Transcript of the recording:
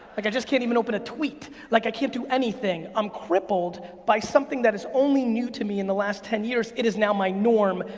like i just can't even open a tweet, like i can't do anything. i'm crippled by something that is only new to me in the last ten years. it is now my norm.